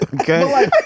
Okay